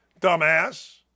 dumbass